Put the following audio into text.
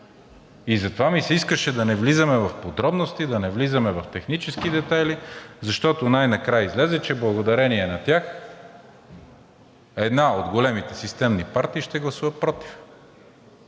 И затова ми се искаше да не влизаме в подробности, да не влизаме в технически детайли, защото най-накрая излезе, че благодарение на тях една от големите системни партии ще гласува против.